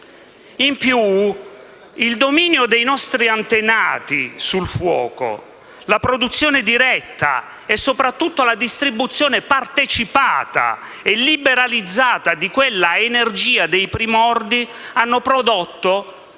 In più, il dominio dei nostri antenati sul fuoco, la produzione diretta e, soprattutto, la distribuzione partecipata e liberalizzata di quella energia dei primordi hanno prodotto